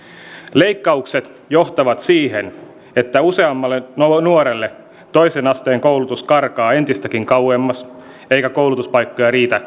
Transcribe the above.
leikkaukset johtavat siihen että useammalle nuorelle toisen asteen koulutus karkaa entistäkin kauemmas eikä koulutuspaikkoja riitä